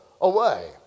away